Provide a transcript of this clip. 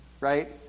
Right